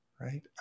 Right